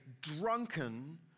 drunken